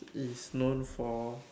is known for